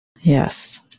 Yes